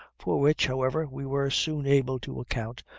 for which, however, we were soon able to account,